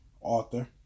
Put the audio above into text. Author